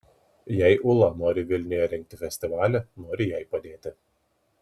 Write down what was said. jei ūla nori vilniuje rengti festivalį noriu jai padėti